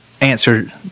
Answer